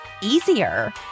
easier